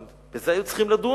גם בזה היו צריכים לדון,